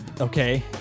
Okay